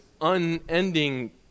unending